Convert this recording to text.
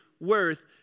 worth